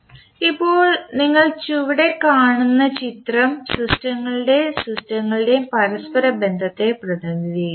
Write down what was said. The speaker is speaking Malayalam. ഇപ്പോൾ നിങ്ങൾ ചുവടെ കാണുന്ന ചിത്രം സിസ്റ്റങ്ങളുടെയും സിഗ്നലുകളുടെയും പരസ്പര ബന്ധത്തെ പ്രതിനിധീകരിക്കും